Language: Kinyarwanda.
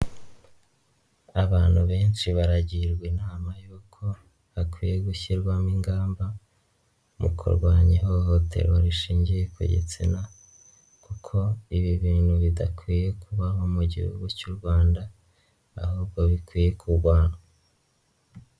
Abantu benshi baragirwa inama y'uko hakwiye gushyirwamo ingamba mu kurwanya ihohoterwa rishingiye ku gitsina kuko ibi bintu bidakwiye kubaho mu gihugu cy'u Rwanda ahubwo bikwiye kurwanywa.